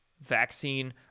vaccine